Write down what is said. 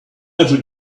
every